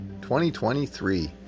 2023